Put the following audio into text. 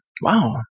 Wow